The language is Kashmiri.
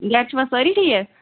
گَرِ چھِوا سٲری ٹھیٖک